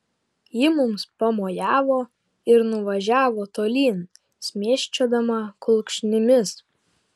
ji mums pamojavo ir nuvažiavo tolyn šmėsčiodama kulkšnimis